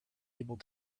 able